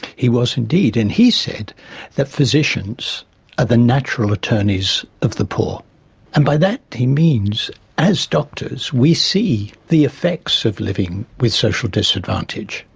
he was indeed, and he said that physicians are the natural attorneys of the poor and by that he means as doctors we see the effects of living with social disadvantage,